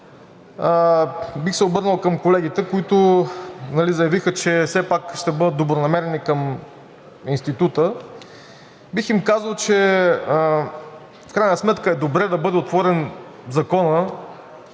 бих се обърнал към колегите, които заявиха, че все пак ще бъдат добронамерени към Института. Бих им казал, че в крайна сметка е добре да бъде отворен Законът,